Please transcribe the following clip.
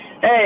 Hey